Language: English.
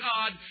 God